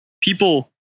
people